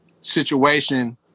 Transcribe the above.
situation